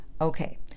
Okay